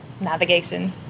navigation